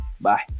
Bye